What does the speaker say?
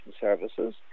services